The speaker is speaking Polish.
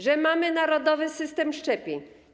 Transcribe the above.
Że mamy narodowy system szczepień.